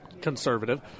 conservative